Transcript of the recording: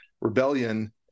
rebellion